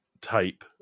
type